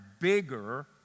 bigger